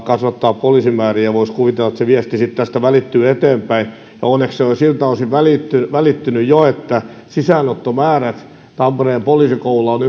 kasvattaa poliisien määriä ja voisi kuvitella että se viesti sitten tästä välittyy eteenpäin ja onneksi se on siltä osin välittynyt jo että sisäänottomäärät tampereen poliisikoululla ovat